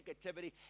negativity